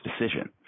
decision